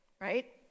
Right